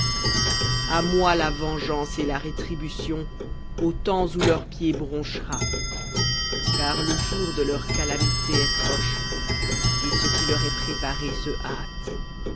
à moi la vengeance et la rétribution au temps où leur pied bronchera car le jour de leur calamité est proche et ce qui leur est préparé se hâte